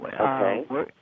okay